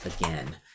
Again